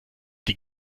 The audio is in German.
die